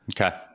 Okay